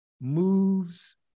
moves